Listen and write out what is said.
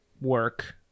work